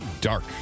dark